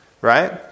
right